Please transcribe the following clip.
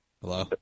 Hello